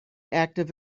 active